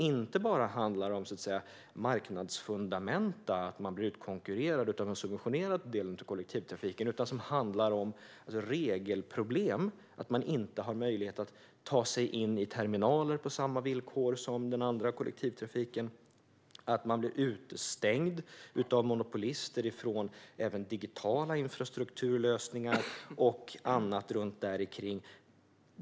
Det handlar inte bara om marknadsfundamenta, att man blir utkonkurrerad av den subventionerade delen av kollektivtrafiken; det handlar om regelproblem, att man inte har möjlighet att ta sig in i terminaler på samma villkor som den andra kollektivtrafiken, att man blir utestängd av monopolister från digitala infrastrukturlösningar och annat sådant.